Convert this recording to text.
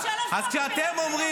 למה לא נתת